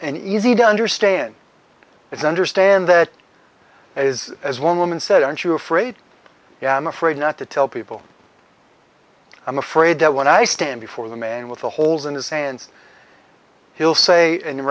an easy to understand is understand that is as one woman said aren't you afraid i am afraid not to tell people i'm afraid that when i stand before the man with the holes in his hands he'll say